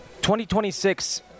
2026